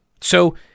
So-